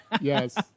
yes